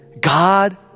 God